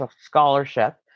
scholarship